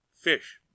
fish